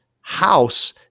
house